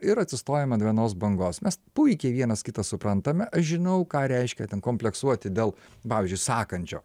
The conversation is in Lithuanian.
ir atsistojom ant vienos bangos mes puikiai vienas kitą suprantame aš žinau ką reiškia ten kompleksuoti dėl pavyzdžiui sakandžio